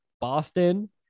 boston